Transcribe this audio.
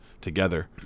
together